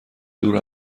دور